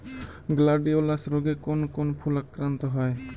Gladiolus রোগে কোন কোন ফুল আক্রান্ত হয়?